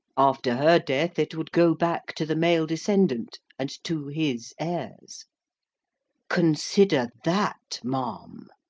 after her death, it would go back to the male descendant, and to his heirs consider that, ma'am!